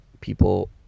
people